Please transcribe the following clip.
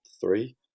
three